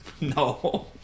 No